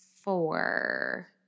four